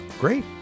Great